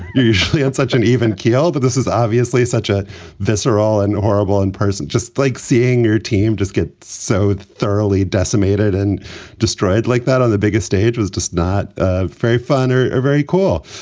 you're usually such an even keel. but this is obviously such a visceral and horrible in person. just like seeing your team just get so thoroughly decimated and destroyed like that on the biggest stage was just not ah very fun or very cool.